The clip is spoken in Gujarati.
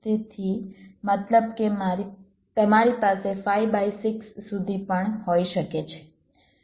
તેથી મતલબ કે તમારી પાસે 5 બાય 6 સુધી પણ હોઈ શકે છે